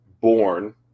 born